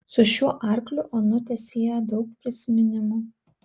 su šiuo arkliu onutę sieja daug prisiminimų